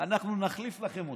אנחנו נחליף לכם אותו.